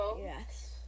yes